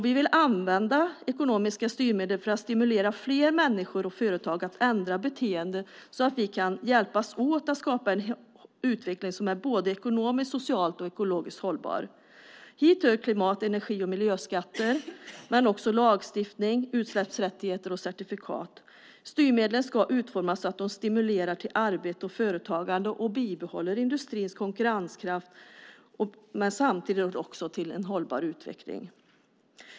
Vi vill använda ekonomiska styrmedel för att stimulera fler människor och företag att ändra beteende så att vi kan hjälpas åt att skapa en utveckling som är både ekonomiskt, socialt och ekologsikt hållbar. Hit hör klimat-, energi och miljöskatter men också lagstiftning, utsläppsrättigheter och certifikat. Styrmedlen ska utformas så att de stimulerar till arbete och företagande och bibehåller industrins konkurrenskraft men samtidigt leder till en hållbar utveckling.